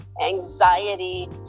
anxiety